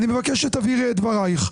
אני מבקש שתבהירי את דברייך.